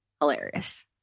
hilarious